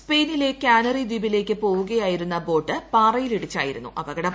സ്പെയിനിലെ കാനറി ദ്വീപിലേക്ക് പോവുകയായിരുന്ന ബോട്ട് പാറയിൽ ഇടിച്ചായിരുന്നു അപകടം